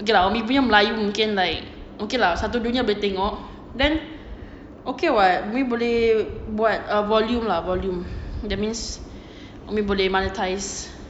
okay lah umi punya melayu mungkin like okay lah satu dunia boleh tengok then okay [what] umi boleh buat ah volume ah volume that means umi boleh monetize